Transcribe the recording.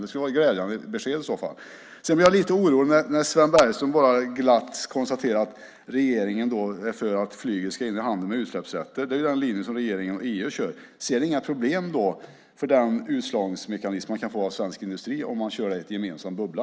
Det skulle i så fall vara ett glädjande besked. Jag blir lite orolig när Sven Bergström bara glatt konstaterar att regeringen är för att flyget ska in i handeln med utsläppsrätter; det är ju den linje som regeringen och EU kör med. Ser ni inga problem för den utslagningsmekanism som det kan bli för svensk industri om man kör detta i en gemensam bubbla?